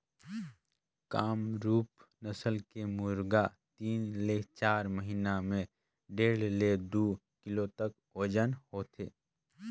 कामरूप नसल के मुरगा तीन ले चार महिना में डेढ़ ले दू किलो तक ओजन होथे